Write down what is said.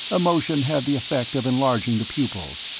emotion had the effect of enlarging the pupils,